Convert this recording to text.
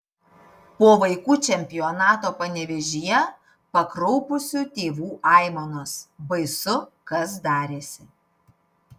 po vaikų čempionato panevėžyje pakraupusių tėvų aimanos baisu kas darėsi